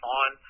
on